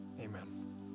Amen